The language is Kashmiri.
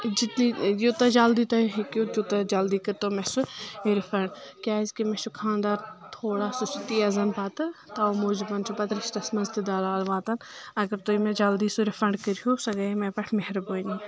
جتنی یوٗتاہ جلدی تۄہہ ہیٚکِو تیوٗتاہ جلدی کٔرۍتو مےٚ سُہ رِفنڈ کیاز کہِ مےٚ چھ خانٛدار تھوڑا سُہ چھُ تیزان پتہٕ توٕ موٗجوٗبَن چھِ پتہٕ رشتَس منٛز تہِ درٛار واتان اگر تُہۍ مےٚ جلدی سُہ رِفنٛڈ کٔرہیوٗ سۄ گیٚیاے مےٚ پٮ۪ٹھ مہربٲنی